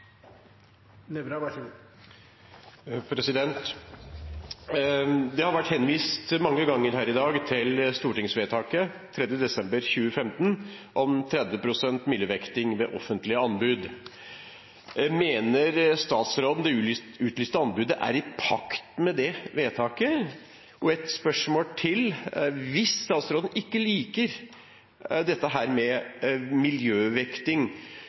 Det har i dag vært henvist mange ganger til stortingsvedtaket den 3. desember 2015 om 30 pst. miljøvekting ved offentlige anbud. Mener statsråden at det utlyste anbudet er i pakt med det vedtaket? Så har jeg et spørsmål til: Hvis statsråden ikke liker dette med miljøvekting,